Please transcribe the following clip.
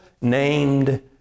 named